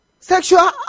Sexual